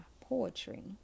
poetry